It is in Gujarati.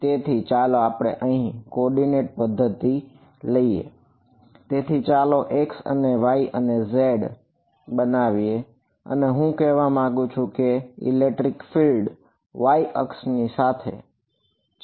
તેથી ચાલો અહીં કોઓર્ડીનેટ y અક્ષ ની સાથે છે બરાબર